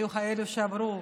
היו כאלו שעברו